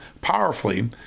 powerfully